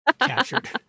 captured